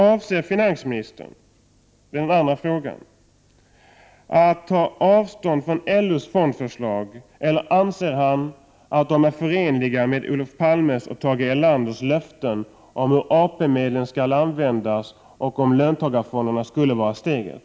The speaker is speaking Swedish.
Avser finansministern att ta avstånd från LO:s fondförslag, eller anser finansministern att de är förenliga med Olof Palmes och Tage Erlanders löften om hur AP-medlen skall användas och att löntagarfonderna skall vara steget?